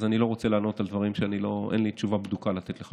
אז אני לא רוצה לענות על דברים שאין לי תשובה בדוקה לתת לך.